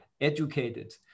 educated